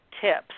tips